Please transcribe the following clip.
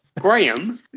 Graham